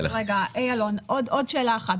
עוד שאלה אחת.